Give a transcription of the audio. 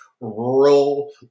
rural